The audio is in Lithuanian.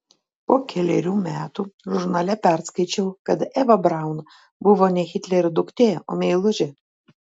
po kelerių metų žurnale perskaičiau kad eva braun buvo ne hitlerio duktė o meilužė